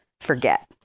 forget